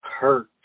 hurt